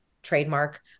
trademark